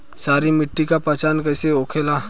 सारी मिट्टी का पहचान कैसे होखेला?